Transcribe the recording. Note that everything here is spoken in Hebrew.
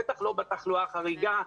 בטח לא בתחלואה החריגה.